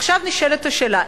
עכשיו נשאלת השאלה,